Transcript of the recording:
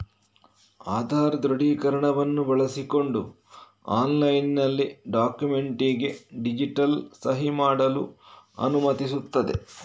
ಆಧಾರ್ ದೃಢೀಕರಣವನ್ನು ಬಳಸಿಕೊಂಡು ಆನ್ಲೈನಿನಲ್ಲಿ ಡಾಕ್ಯುಮೆಂಟಿಗೆ ಡಿಜಿಟಲ್ ಸಹಿ ಮಾಡಲು ಅನುಮತಿಸುತ್ತದೆ